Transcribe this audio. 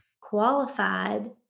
qualified